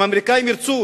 אם האמריקנים ירצו,